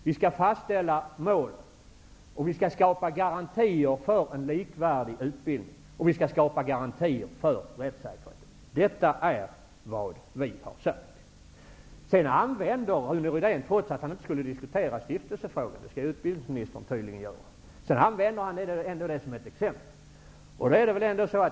Vi skall fastställa mål samt skapa garantier för en likvärdig utbildning och för rättssäkerhet. Detta är vad vi har sagt. Trots att Rune Rydén sade att han inte skulle diskutera stiftelsefrågor -- det skall utbildningsministern tydligen göra -- använder han dem som exempel.